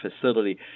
facility